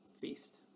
Feast